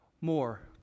More